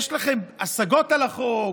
יש לכם השגות על החוק?